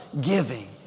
giving